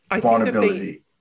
vulnerability